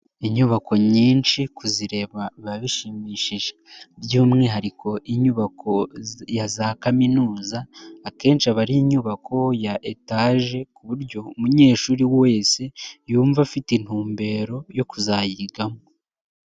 Inyubako nyinshi kuzirebaba biba bishimishije, by'umwihariko inyubako ya za Kaminuza akenshi aba ari inyubako ya etage, ku buryo umunyeshuri wese yumva afite intumbero yo kuzayigamo.